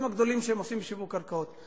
הגדולים שהם עושים לשיווק קרקעות.